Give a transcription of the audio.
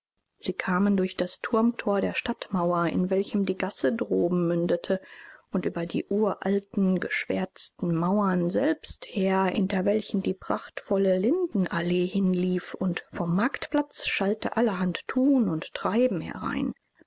sie kamen durch das turmthor der stadtmauer in welchem die gasse droben mündete und über die uralten geschwärzten mauern selbst her hinter welchen die prachtvolle lindenallee hinlief und vom marktplatz schallte allerhand thun und treiben herein